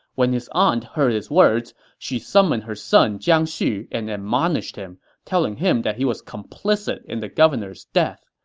when his aunt heard his words, she summoned her son jiang xu and admonished him, telling him that he was complicit in the governor's death.